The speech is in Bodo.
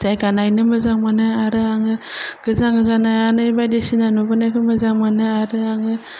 जायगा नायनो मोजां मोनो आरो आङो गोजान गोजान नायनानै बायदि सिना नुबोनायखौ मोजां मोनो आरो आङो